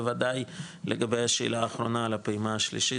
בוודאי לגבי השאלה האחרונה על הפעימה השלישית,